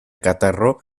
catarro